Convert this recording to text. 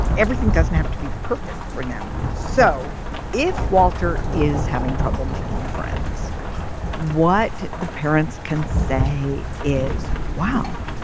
everything doesn't have to be perfect for them. so if walter is having trouble making friends what the parents can say is wow.